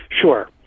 Sure